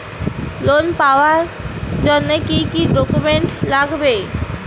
Loan পাওয়ার জন্যে কি কি ডকুমেন্ট লাগবে?